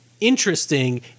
interesting